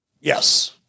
yes